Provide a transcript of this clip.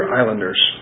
islanders